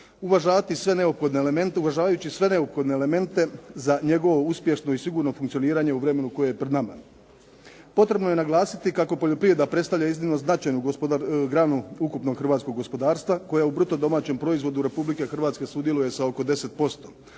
uvažavajući sve neophodne elemente za njegovo uspješno i sigurno funkcioniranje u vremenu koje je pred nama. Potrebno je naglasiti kako poljoprivreda predstavlja iznimno značajnu granu ukupnog hrvatskog gospodarstva koja u bruto domaćem proizvodu Republike Hrvatske sudjeluje sa oko 10%.